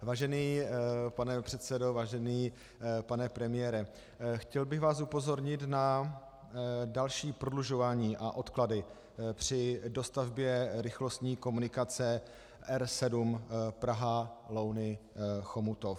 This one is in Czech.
Vážený pane předsedo, vážený pane premiére, chtěl bych vás upozornit na další prodlužování a odklady při dostavbě rychlostní komunikace R7 Praha Louny Chomutov.